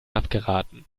abgeraten